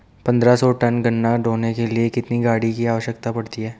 पन्द्रह सौ टन गन्ना ढोने के लिए कितनी गाड़ी की आवश्यकता पड़ती है?